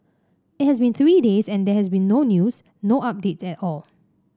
it has been three days and there has been no news no updates at all